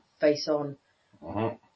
face-on